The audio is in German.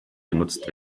genutzt